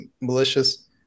malicious